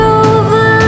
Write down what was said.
over